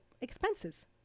expenses